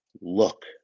look